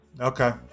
okay